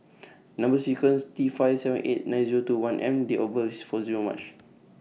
Number sequence T five seven eight nine Zero two one M and Date of birth gour March